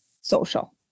social